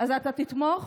אז אתה תתמוך?